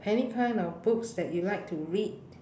any kind of books that you like to read